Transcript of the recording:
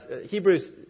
Hebrews